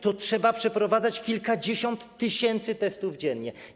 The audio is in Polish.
To trzeba przeprowadzać kilkadziesiąt tysięcy testów dziennie.